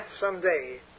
someday